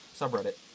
subreddit